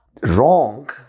wrong